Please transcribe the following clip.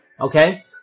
Okay